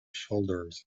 shoulders